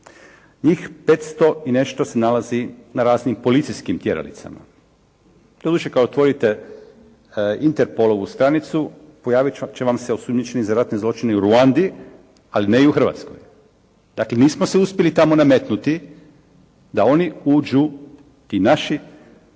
Njih 500 i nešto se nalazi na raznim policijskim tjeralicama. Doduše kad otvorite Interpolovu stranicu pojavit će vam se osumnjičeni za ratne zločine u Ruandi ali ne i u Hrvatskoj. Dakle nismo se uspjeli tamo nametnuti da oni uđu, ti naši